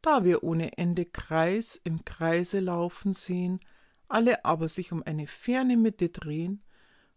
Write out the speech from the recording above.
da wir ohne ende kreis in kreise laufen sehen alle aber sich um eine ferne mitte drehen